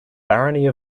barony